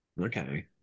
Okay